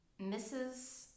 Mrs